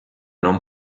non